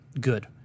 good